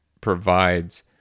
provides